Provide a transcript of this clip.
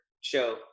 show